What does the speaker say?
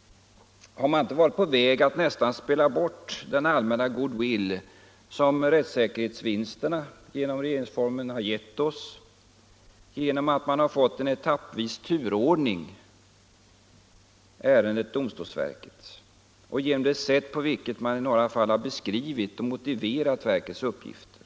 — har man inte varit på väg att nästan spela bort den allmänna goodwill som regeringsformens rättssäkerhetsvinster givit genom att man har fått en etappvis turordning av ärendet domstolsverket och genom det sätt på vilket man i några fall har beskrivit och motiverat verkets uppgifter?